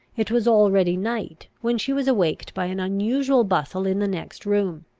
it was already night, when she was awaked by an unusual bustle in the next room.